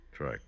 Try